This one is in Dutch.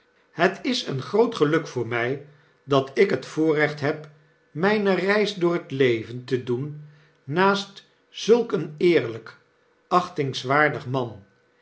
het is een groot geluk voor mg dat ik het voorrecht heb mgne reis door het leven te doen naast zulk een eerlp achtingswaardig man